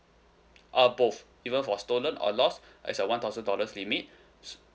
uh both even for stolen or lost there's a one thousand dollars limit